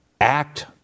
act